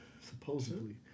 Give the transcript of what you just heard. supposedly